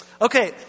Okay